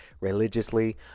religiously